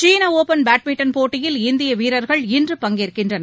சீனஒபன் badminton போட்டியில் இந்தியவீரர்கள் இன்று பங்கேற்கினறனர்